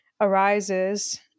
arises